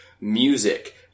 music